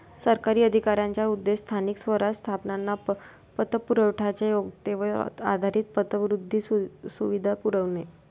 सरकारी अधिकाऱ्यांचा उद्देश स्थानिक स्वराज्य संस्थांना पतपुरवठ्याच्या योग्यतेवर आधारित पतवृद्धी सुविधा पुरवणे